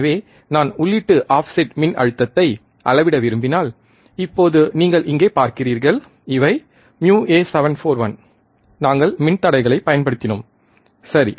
எனவே நான் உள்ளீட்டு ஆஃப்செட் மின் அழுத்தத்தை அளவிட விரும்பினால் இப்போது நீங்கள் இங்கே பார்க்கிறீர்கள் இவை uA741 நாங்கள் மின்தடைகளைப் பயன்படுத்தினோம் சரி